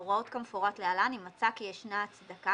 הוראות כמפורט להלן אם מצא כי ישנה הצדקה